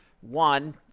One